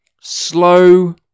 slow